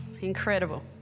Incredible